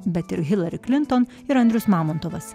bet ir hillary klinton ir andrius mamontovas